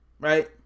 right